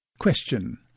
Question